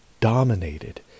dominated